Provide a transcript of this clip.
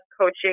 coaching